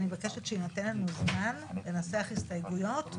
אני מבקשת שיינתן לנו זמן לנסח הסתייגויות.